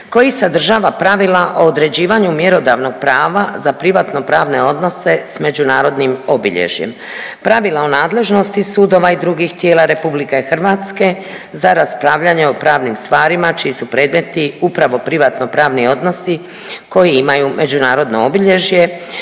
koji sadržava pravila o određivanju mjerodavnog prava za privatno pravne odnose s međunarodnim obilježjem, pravila o nadležnosti sudova i drugih tijela RH za raspravljanje o pravnim stvarima čiji su predmeti upravo privatno pravni odnosi koji imaju međunarodno obilježje.